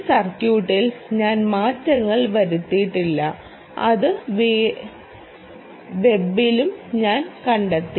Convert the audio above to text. ഈ സർക്യൂട്ടിൽ ഞാൻ മാറ്റങ്ങൾ വരുത്തിയിട്ടില്ല അത് വെബിലും ഞാൻ കണ്ടെത്തി